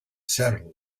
several